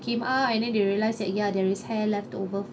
came out and then they realised that ya there is hair leftover